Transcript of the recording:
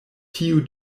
tiu